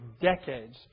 decades